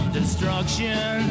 destruction